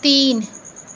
तीन